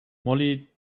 mollie